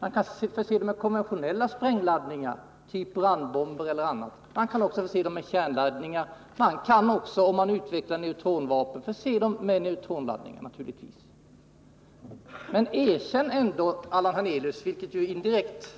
Man kan förse dem med konventionella sprängladdningar, t.ex. av typen brandbomber, med kärnladdningar och naturligtvis även — om kärnvapnen utvecklas i den riktningen - med neutronvapen. Men erkänn ändå, Allan Hernelius — vilket indirekt faktiskt